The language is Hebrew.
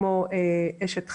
כמו אשת חיל,